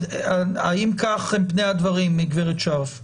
האם כך הם פני הדברים, גברת שארף?